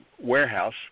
warehouse